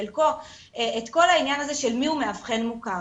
בחלקו את כל העניין הזה של מי הוא מאבחן מוכר.